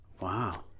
Wow